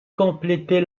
compléter